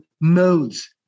modes